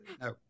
No